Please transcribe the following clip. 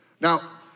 Now